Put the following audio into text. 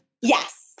Yes